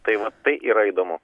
tai va tai yra įdomu